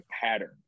pattern